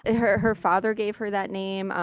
ah her her father gave her that name.